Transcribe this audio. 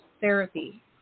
therapy